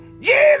Jesus